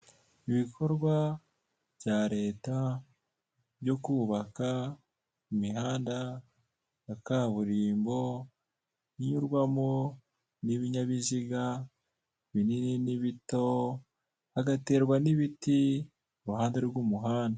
Ibikorwa bya Leta byo kubaka imihanda ya kaburimbo inyurwamo n'ibinyabiziga binini n'ibito, hagaterwa n'ibiti iruhande rw'umuhanda.